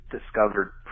discovered